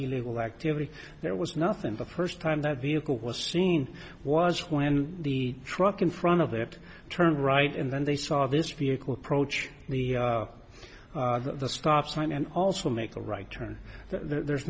illegal activity there was nothing but the first time that vehicle was seen was when the truck in front of that turned right and then they saw this vehicle approach the the stop sign and also make a right turn there's